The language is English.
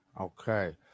Okay